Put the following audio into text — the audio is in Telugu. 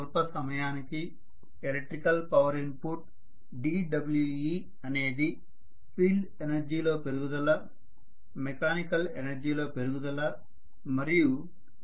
స్వల్ప సమయానికి ఎలక్ట్రికల్ పవర్ ఇన్పుట్ dWe అనేది ఫీల్డ్ ఎనర్జీ లో పెరుగుదల మెకానికల్ ఎనర్జీ లో పెరుగుదల మరియు లాసెస్ ల మొత్తానికి సమానము